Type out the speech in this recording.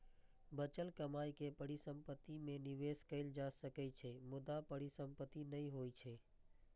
बचल कमाइ के परिसंपत्ति मे निवेश कैल जा सकै छै, मुदा परिसंपत्ति नै होइ छै